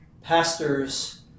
pastors